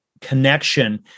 connection